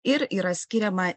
ir yra skiriama